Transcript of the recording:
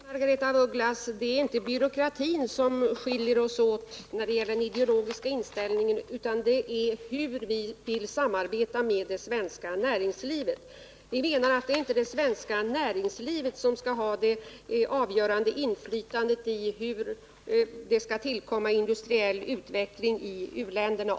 Herr talman! Nej, Margaretha af Ugglas, det är inte byråkratin som skiljer oss åt när det gäller den ideologiska inställningen, utan det är frågan om hur vi vill samarbeta med det svenska näringslivet. Vi menar att det inte är det svenska näringslivet som skall ha det avgörande inflytandet över den industriella utvecklingen i u-länderna.